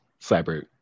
cyber